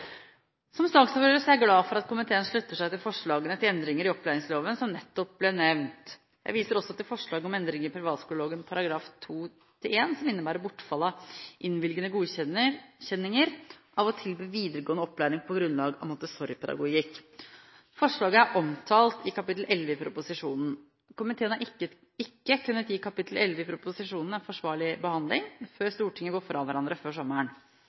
Som saksordfører er jeg glad for at komiteen slutter seg til de forslagene til endringer i opplæringsloven som nettopp ble nevnt. Jeg viser også til forslag til endring i privatskoleloven § 2-1, som innebærer bortfall av innvilgede godkjenninger av å tilby videregående opplæring på grunnlag av Montessori-pedagogikk. Forslaget er omtalt i kapittel 11 i proposisjonen. Komiteen har ikke kunnet gi kapittel 11 i proposisjonen en forsvarlig behandling før Stortinget går fra hverandre før sommeren.